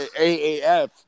AAF